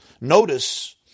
Notice